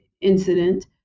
incident